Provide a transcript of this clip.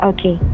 Okay